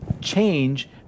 change